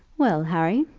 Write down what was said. well, harry,